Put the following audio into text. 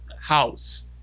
house